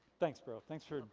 thanks bro. thanks for